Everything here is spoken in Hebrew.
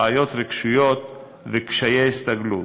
ובעלי בעיות רגשיות וקשיי הסתגלות.